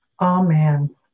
Amen